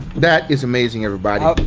that is amazing everybody!